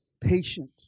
patient